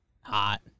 Hot